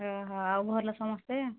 ହଁ ହଁ ଆଉ ଭଲ ସମସ୍ତେ